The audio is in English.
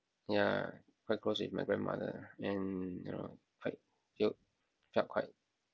ya quite close with my grandmother lah and you know like you felt quite